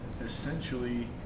essentially